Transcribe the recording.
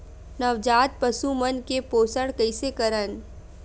नवजात पशु मन के पोषण कइसे करन?